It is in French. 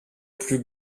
plus